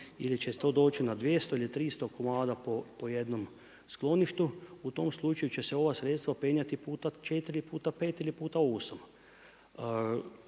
ili će to doći do 200 ili 300 komada po jednom skloništu. U tom slučaju će se ova sredstva kretati puta 4, puta 5 ili puta 8.